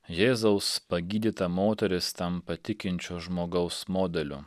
jėzaus pagydyta moteris tampa tikinčio žmogaus modeliu